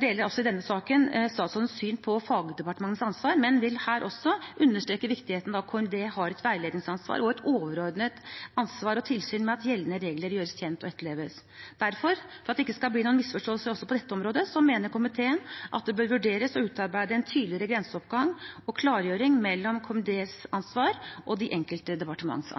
deler også i denne saken statsrådens syn på fagdepartementets ansvar, men vil også her understreke viktigheten av at KMD har et veiledningsansvar og et overordnet ansvar for å føre tilsyn med at gjeldende regler gjøres kjent og etterleves. Derfor – for at det ikke skal bli noen misforståelse også på dette området – mener komiteen at det bør vurderes å utarbeide en tydeligere grenseoppgang og klargjøring av hva som er KMDs ansvar, og hva som er det enkelte departementets